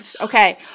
Okay